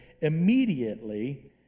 immediately